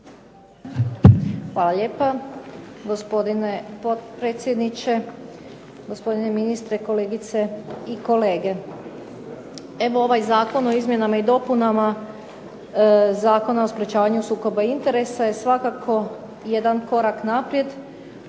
Hvala lijepo. Gospodine potpredsjedniče, gospodine ministre, kolegice i kolege. Evo ovaj Zakon o izmjenama i dopunama Zakona o sprječavanju sukoba interesa je svakako jedan korak naprijed